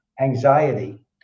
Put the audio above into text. anxiety